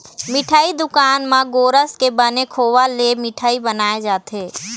मिठई दुकान म गोरस के बने खोवा ले मिठई बनाए जाथे